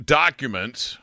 documents